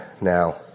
now